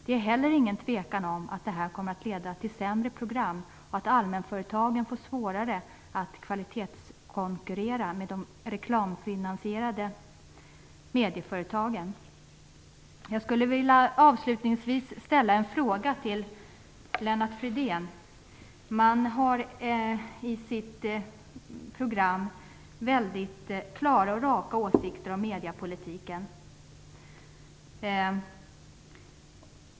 Det är heller inget tvivel om att det här kommer att leda till sämre program och att allmänföretagen får svårare att kvalitetskonkurrera med de reklamfinansierade medieföretagen. Lennart Fridén. Man har i sitt program klara och raka åsikter om mediepolitiken.